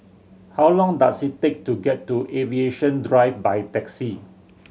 how long does it take to get to Aviation Drive by taxi